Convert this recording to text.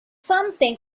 something